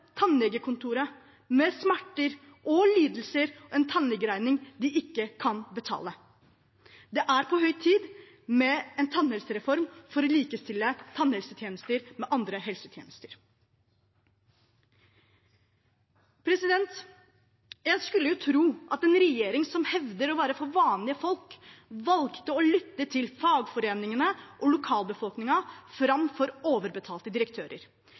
tannlegekontoret med smerter og lidelser og med en tannlegeregning de ikke kan betale. Det er på høy tid med en tannhelsereform for å likestille tannhelsetjenester med andre helsetjenester. En skulle tro at en regjering som hevder å være for vanlige folk, valgte å lytte til fagforeningene og lokalbefolkningen framfor overbetalte direktører,